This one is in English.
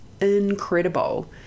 Incredible